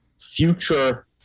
future